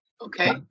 Okay